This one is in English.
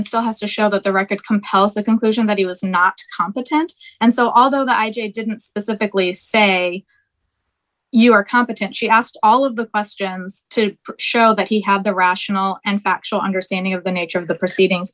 army still has to show that the record compels the conclusion that he was not competent and so although i didn't specifically say you are competent she asked all of the questions to show that he had the rational and factual understanding of the nature of the proceedings